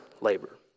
labor